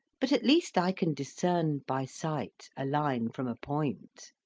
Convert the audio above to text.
but at least i can discern, by sight, a line from a point.